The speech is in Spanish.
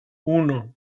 uno